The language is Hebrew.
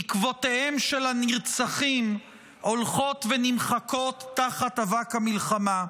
עקבותיהם של הנרצחים הולכות ונמחקות תחת אבק המלחמה.